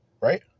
Right